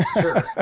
Sure